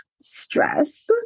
stress